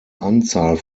anzahl